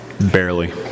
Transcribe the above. barely